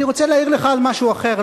אני רוצה להעיר לך על משהו אחר,